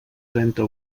trenta